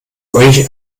euch